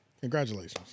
congratulations